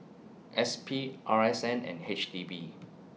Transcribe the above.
S P R S N and H D B